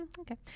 okay